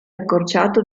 accorciato